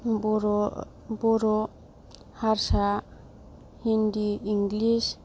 बर' बर' हारसा हिन्दि इंलिस